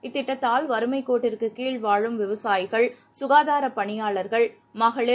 இத்திட்டத்தால் வறுமைக் கோட்டிற்குக் கீழ் வாழும் விவசாயிகள் சுகாதாரபணியாளர்கள் மகளிர்